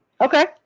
Okay